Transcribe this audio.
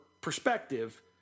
perspective